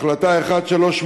את החלטה 1380,